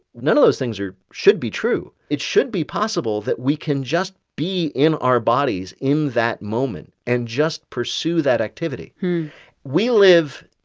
none of those things are should be true. it should be possible that we can just be in our bodies in that moment and just pursue that activity hmm we live,